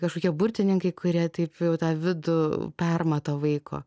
kažkokie burtininkai kurie taip tą vidų permato vaiko